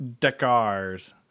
decars